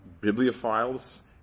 Bibliophiles